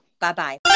bye-bye